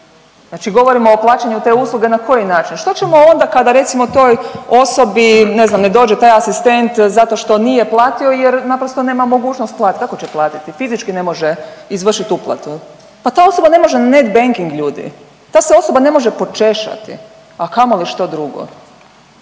Znači govorimo o plaćanju te usluge na koji način? Što ćemo onda kada recimo toj osobi ne znam ne dođe taj asistent zato što nije platio jer naprosto nema mogućost platiti, kako će platiti, fizički ne može izvršiti uplatu. Pa ta osoba ne može netbanking ljudi, ta se osoba ne može počešati, a kamoli što drugo.